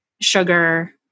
sugar